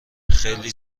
خیلی